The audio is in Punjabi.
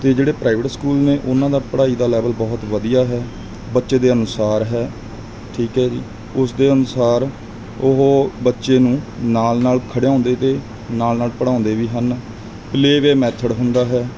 ਅਤੇ ਜਿਹੜੇ ਪ੍ਰਾਈਵੇਟ ਸਕੂਲ ਨੇ ਉਹਨਾਂ ਦਾ ਪੜ੍ਹਾਈ ਦਾ ਲੈਵਲ ਬਹੁਤ ਵਧੀਆ ਹੈ ਬੱਚੇ ਦੇ ਅਨੁਸਾਰ ਹੈ ਠੀਕ ਹੈ ਜੀ ਉਸ ਦੇ ਅਨੁਸਾਰ ਉਹ ਬੱਚੇ ਨੂੰ ਨਾਲ ਨਾਲ ਖਿਡਾਉਂਦੇ ਅਤੇ ਨਾਲ ਨਾਲ ਪੜ੍ਹਾਉਂਦੇ ਵੀ ਹਨ ਪਲੇ ਵੇ ਮੈਥਡ ਹੁੰਦਾ ਹੈ